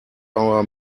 our